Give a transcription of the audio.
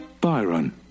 Byron